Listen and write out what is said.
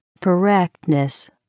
correctness